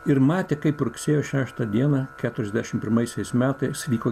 ir matė kaip rugsėjo šeštą dieną keturiasdešimt pirmaisiais metais vyko